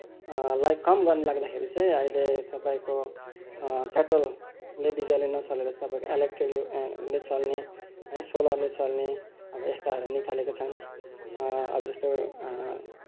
लाई कम गर्नलाग्दा चाहिँ अहिले तपाईँको पेट्रोलले डिजलले नचलेको चाहिँ तपाईँको इलेक्ट्रिकले चल्ने है सोलरले चल्नेहरू अब यस्ताहरू निकालेका छन् अब जस्तो